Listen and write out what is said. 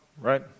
right